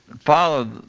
follow